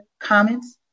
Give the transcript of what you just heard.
comments